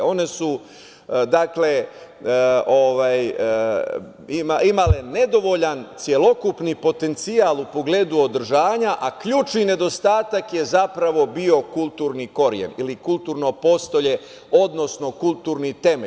One su imale nedovoljan celokupni potencijal u pogledu održanja, a ključni nedostatak je zapravo bio kulturni koren ili kulturno postolje, odnosno kulturni temelj.